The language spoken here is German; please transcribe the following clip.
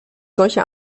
solche